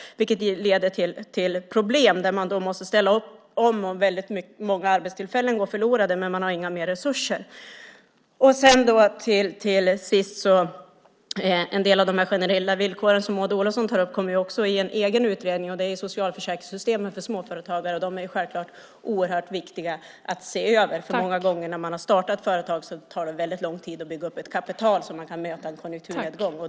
Det leder till problem när man måste ställa om. Många arbetstillfällen går förlorade, men man har inga mer resurser. Till sist vill jag säga att en del av de generella villkor som Maud Olofsson tar upp också kommer i en egen utredning. Det är socialförsäkringssystemet för småföretagare. Det är självklart oerhört viktigt att se över. När man har startat ett företag tar det många gånger väldigt lång tid att bygga upp ett kapital så att man kan möta en konjunkturnedgång.